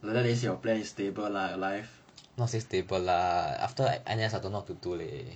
like that at least your plans is stable lah your life